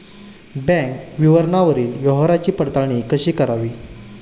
Bank विवरणावरील व्यवहाराची पडताळणी कशी करावी?